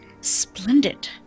Splendid